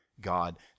God